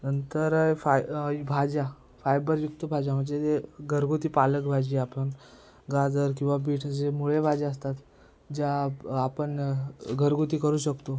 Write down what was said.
नंतर आहे फाय भाज्या फायबरयुक्त भाज्या म्हणजे ते घरगुती पालक भाजी आपण गाजर किंवा बीट असे मुळे भाज्या असतात ज्या आपण घरगुती करू शकतो